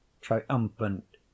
triumphant